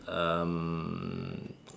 um